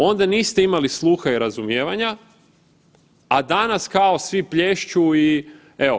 Onda niste imali sluha i razumijevanja, a danas kao svi plješću i evo.